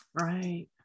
Right